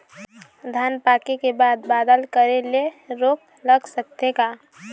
धान पाके के बाद बादल करे ले रोग लग सकथे का?